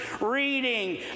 reading